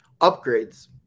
Upgrades